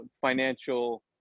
financial